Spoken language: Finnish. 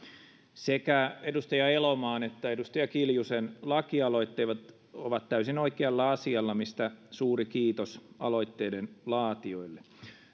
sekä edustaja elomaan että edustaja kiljusen lakialoitteet ovat täysin oikealla asialla mistä suuri kiitos aloitteiden laatijoille